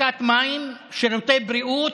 אספקת מים, שירותי בריאות.